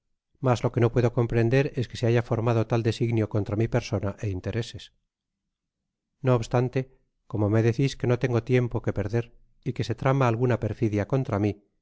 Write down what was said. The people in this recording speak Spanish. mas lo que no puedo comprender es que se haya formado tal designio contra mí persona é intereses no obstante como me decís que no tengo tiempo que perder y que se trama alguna perfidia contra mí